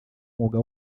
umwuga